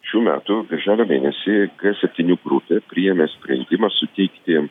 šių metų birželio mėnesį g septyni grupė priėmė sprendimą suteikti